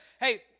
Hey